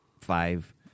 five